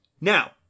Now